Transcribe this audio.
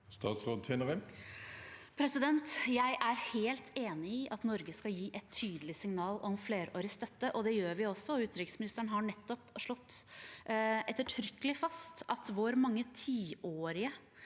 Kristiansen Tvinnereim Jeg er helt enig i at Norge skal gi et tydelig signal om flerårig støtte, og det gjør vi også. Utenriksministeren har nettopp slått ettertrykkelig fast at vår mange tiårige